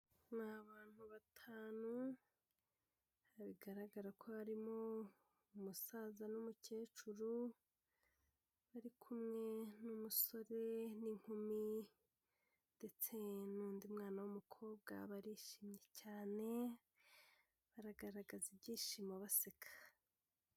Ni abantu batanu, bigaragara ko harimo umusaza n'umukecuru, bari kumwe n'umusore n'inkumi ndetse n'undi mwana w'umukobwa barishimye cyane, baragaragaza ibyishimo baseka.